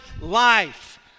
life